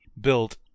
built